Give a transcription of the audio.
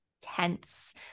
tense